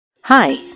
Hi